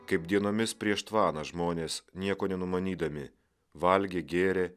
kaip dienomis prieš tvaną žmonės nieko nenumanydami valgė gėrė